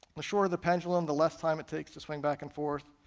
the shorter the pendulum, the less time it takes to swing back and forth,